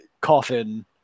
coffin